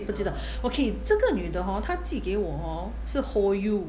不记得 ok 这个女的 hor 她寄给我 hor 是 Hoyu